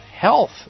health